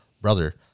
brother